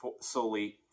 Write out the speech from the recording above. solely